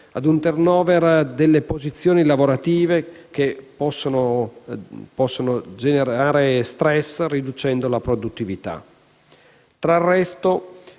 a un *turnover* delle posizioni lavorative che possono generare *stress*, riducendo la produttività. Tra l'altro,